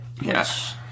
Yes